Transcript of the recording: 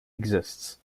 exists